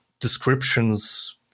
descriptions